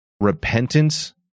Repentance